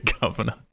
governor